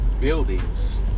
buildings